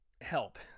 help